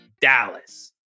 Dallas